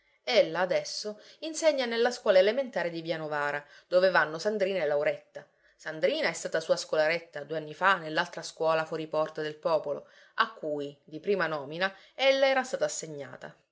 marito ella adesso insegna nella scuola elementare di via novara dove vanno sandrina e lauretta sandrina è stata sua scolaretta due anni fa nell'altra scuola fuori porta del popolo a cui di prima nomina ella era stata assegnata